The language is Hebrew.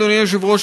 אדוני היושב-ראש,